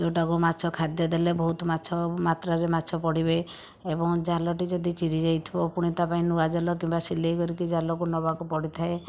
ଯେଉଁଟାକୁ ମାଛ ଖାଦ୍ୟ ଦେଲେ ବହୁତ ମାଛ ମାତ୍ରାରେ ମାଛ ପଡ଼ିବେ ଏବଂ ଜାଲଟି ଯଦି ଚିରି ଯାଇଥିବ ପୁଣି ତା ପାଇଁ ନୂଆ ଜାଲ କିମ୍ବା ସିଲେଇ କରିକି ଜାଲକୁ ନେବାକୁ ପଡ଼ିଥାଏ